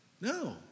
No